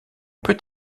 peut